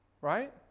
right